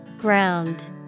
Ground